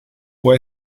può